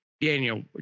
Daniel